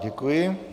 Děkuji.